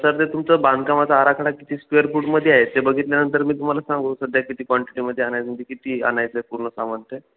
sir ते तुमचं बांधकामाचा आराखडा किती स्क्वेअर फूटमध्ये आहे ते बघितल्यानंतर मी तुम्हाला सांगू सध्या किती क्वांटिटीमध्ये आणायचं आणि किती आणायचं आहे पूर्ण सामान ते